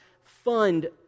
fund